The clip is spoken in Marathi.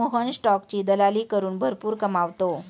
मोहन स्टॉकची दलाली करून भरपूर कमावतो